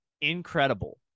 incredible